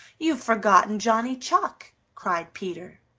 you've forgotten johnny chuck, cried peter.